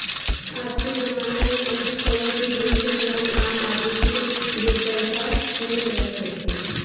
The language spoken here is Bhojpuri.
आजके जमाना में अइसन कवनो चीज नइखे जवन आम आदमी के बेपैसा में मिलत होखे